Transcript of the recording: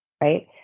Right